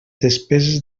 despeses